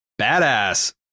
badass